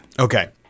Okay